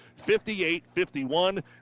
58-51